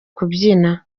kubyina